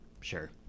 sure